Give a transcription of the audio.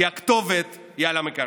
כי הכתובת היא על המקרר,